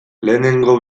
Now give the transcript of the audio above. lehenengo